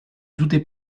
doutait